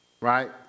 right